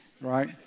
right